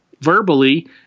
verbally